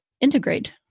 integrate